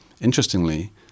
Interestingly